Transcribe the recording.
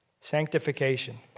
Sanctification